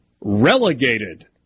relegated